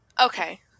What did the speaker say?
okay